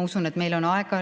on aega